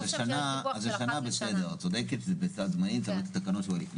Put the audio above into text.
אז השנה בסדר, את צודקת, זה בסד זמנים, צריך